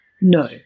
No